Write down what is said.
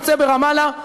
היוצא ברמאללה,